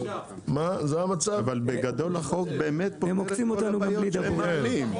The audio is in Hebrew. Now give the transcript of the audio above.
אבל בגדול החוק פותר את כל הבעיות שהם מעלים.